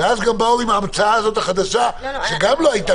אז גם באו עם ההמצאה החדשה הזאת שגם לא הייתה